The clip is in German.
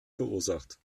verursacht